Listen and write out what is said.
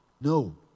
No